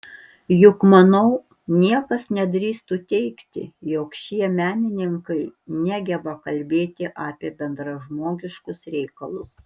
juk manau niekas nedrįstų teigti jog šie menininkai negeba kalbėti apie bendražmogiškus reikalus